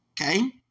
Okay